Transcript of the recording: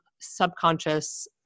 subconscious